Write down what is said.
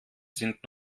sind